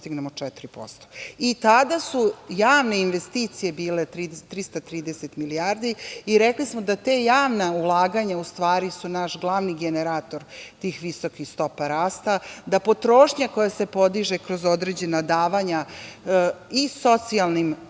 postignemo 4% i tada su javne investicije bile 330 milijardi i rekli smo da ta javna ulaganja, u stvari, su naš glavni generator tih visokih stopa rasta, da potrošnja koja se podiže kroz određena davanja i socijalnim